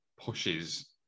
pushes